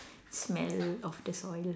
smell of the soil